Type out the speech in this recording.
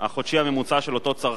בבקשה, אדוני, מהצד.